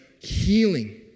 healing